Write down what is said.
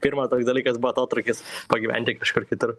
pirmas toks dalykas buvo atotrūkis pagyventi kažkur kitur